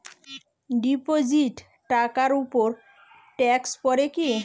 Deposit টাকার উপর tax পড়ে কি?